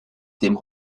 dem